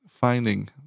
finding